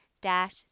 dash